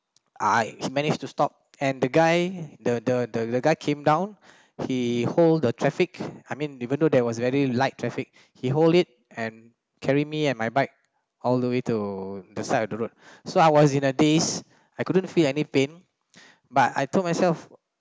I he managed to stop and the guy the the the guy came down he hold the traffic I mean even though there was very light traffic he hold it and carry me and my bike all the way to the side of the road so I was in a daze I couldn't feel any pain but I told myself